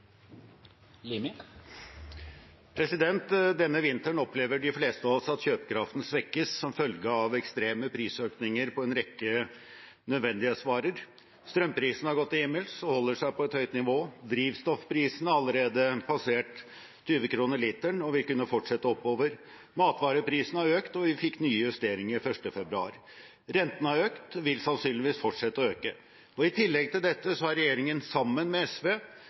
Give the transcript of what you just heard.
ekstreme prisøkninger på en rekke nødvendighetsvarer. Strømprisene har gått til himmels og holder seg på et høyt nivå. Drivstoffprisene har allerede passert 20 kr literen og vil kunne fortsette oppover. Matvareprisene har økt, og vi fikk nye justeringer 1. februar. Renten har økt og vil sannsynligvis fortsette å øke. I tillegg til dette har regjeringen sammen med SV